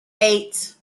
eight